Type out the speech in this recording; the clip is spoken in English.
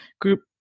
group